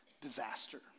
disaster